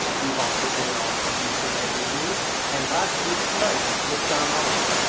we've also been on nbc nightly news and last week tonight with john oliver.